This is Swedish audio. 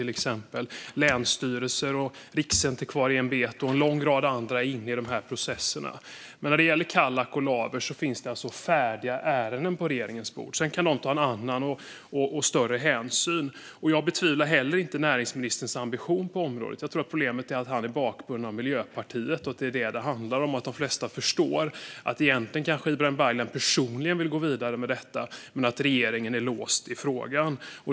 Länsstyrelser, Riksantikvarieämbetet och en lång rad andra är inne i de här processerna. Men när det gäller Kallak och Laver finns det färdiga ärenden på regeringens bord. Sedan kan någon ta annan och större hänsyn. Jag betvivlar inte näringsministerns ambition på området. Jag tror att problemet är att han är bakbunden av Miljöpartiet och att det är det som det handlar om. De flesta förstår att Ibrahim Baylan egentligen personligen kanske vill gå vidare med detta men att regeringen är låst i frågan.